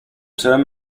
term